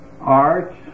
art